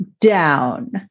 down